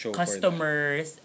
customers